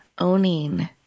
Owning